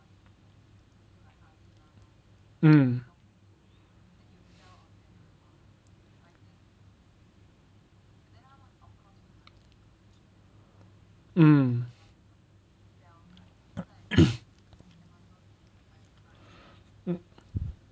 mm mm